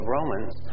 Romans